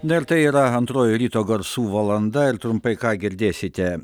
na ir tai yra antroji ryto garsų valanda ir trumpai ką girdėsite